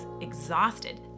exhausted